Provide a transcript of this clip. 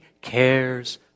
cares